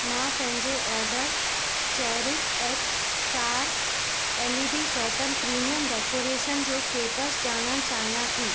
मां पंहिंजे order Cherish X star L E D curtain premium decoration जो status ॼाणणु चाहियां थी